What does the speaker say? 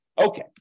Okay